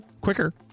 Quicker